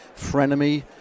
frenemy